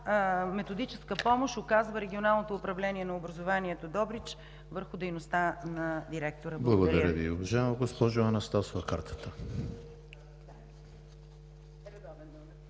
методическа помощ оказва Регионалното управление на образованието – Добрич, върху дейността на директора. Благодаря.